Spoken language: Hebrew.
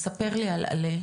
ספר לי על על"ה.